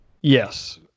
Yes